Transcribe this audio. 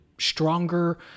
stronger